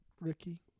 Ricky